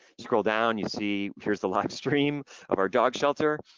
scroll down you see, here's the live stream of our dog shelter,